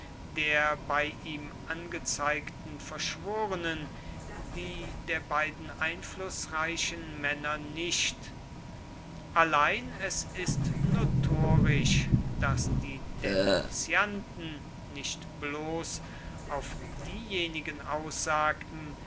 der bei ihm angezeigten verschworenen die der beiden einflußreichen männer nicht allein es ist notorisch daß die denunzianten nicht bloß auf diejenigen aussagten